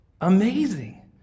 Amazing